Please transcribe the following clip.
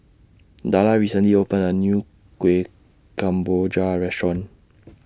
Darla recently opened A New Kueh Kemboja Restaurant